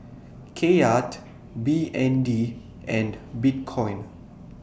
Kyat B N D and Bitcoin